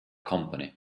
company